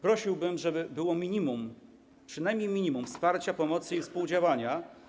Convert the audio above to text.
Prosiłbym, żeby było minimum, przynajmniej minimum wsparcia, pomocy i współdziałania.